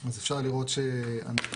אפשר לראות שאנחנו